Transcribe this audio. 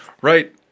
Right